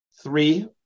three